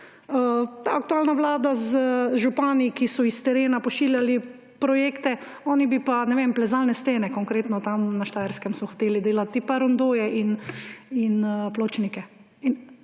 Ta aktualna vlada z župani, ki so s terena pošiljali projekte, oni bi pa plezalne stene, konkretno tam na Štajerskem so hoteli delati, pa rondoje in pločnike.